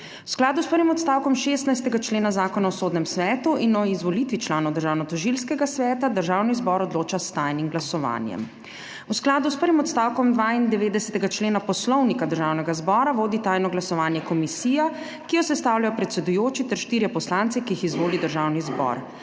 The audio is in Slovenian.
V skladu s prvim odstavkom 16. člena Zakona o sodnem svetu in o izvolitvi članov Državnotožilskega sveta Državni zbor odloča s tajnim glasovanjem. V skladu s prvim odstavkom 92. člena Poslovnika Državnega zbora vodi tajno glasovanje komisija, ki jo sestavljajo predsedujoči ter štirje poslanci, ki jih izvoli Državni zbor.